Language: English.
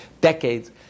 decades